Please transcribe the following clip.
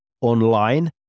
online